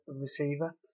receiver